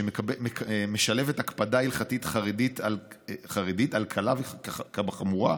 שמשלבת הקפדה הלכתית חרדית על קלה כבחמורה,